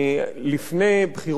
לפני בחירות מאי,